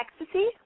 Ecstasy